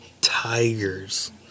Tigers